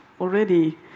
already